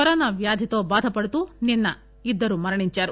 corona వ్యాధితో బాధపడుతూ నిన్న ఇద్దరు మరణించారు